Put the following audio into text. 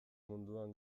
munduan